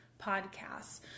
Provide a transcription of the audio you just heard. podcasts